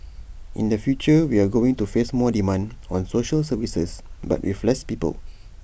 in the future we are going to face more demand on social services but with less people